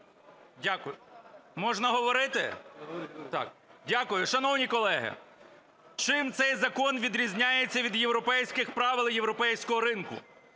Дякую. Можна говорити? Дякую. Шановні колеги, чим цей закон відрізняється від європейських правил і європейського ринку?